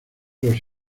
los